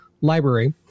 library